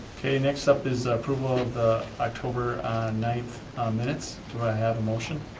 okay, next up is approval of the october ninth minutes. do i have a motion?